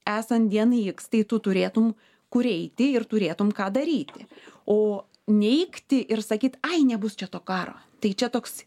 esant dienai iks tai tu turėtum kur eiti ir turėtum ką daryti o neigti ir sakyt ai nebus čia to karo tai čia toks